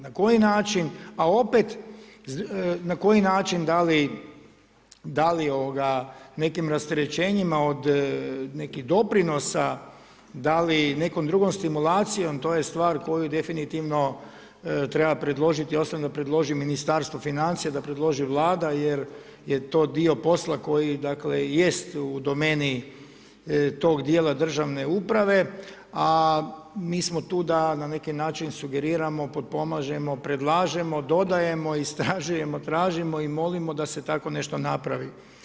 Na koji način, a opet na koji način da li ovoga nekim rasterećenjima od nekih doprinosa, da li nekom drugom stimulacijom to je stvar koju definitivno treba predložiti osim da predloži Ministarstvo financija, da predloži Vlada jer je to dio posla koji dakle i jest u domeni tog dijela državne uprave, a mi smo tu da na neki način sugeriramo, potpomažemo, predlažemo, dodajemo, istražujemo, tražimo i molimo da se tako nešto napravi.